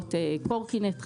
עבירות קורקינט חשמלי,